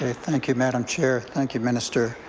ah thank you, madam chair. thank you, minister.